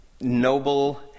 noble